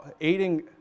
aiding